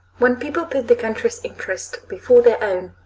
when people put the country's interest before their own,